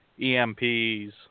EMPs